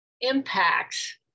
impacts